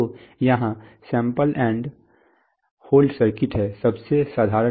तो यहां sample and hold circuit है सबसे साधारण वाला